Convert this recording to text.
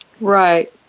Right